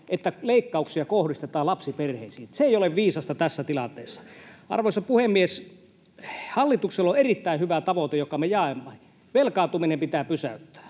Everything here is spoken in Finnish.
että leikkauksia kohdistetaan lapsiperheisiin. Se ei ole viisasta tässä tilanteessa. Arvoisa puhemies! Hallituksella on erittäin hyvä tavoite, jonka me jaamme. Velkaantuminen pitää pysäyttää,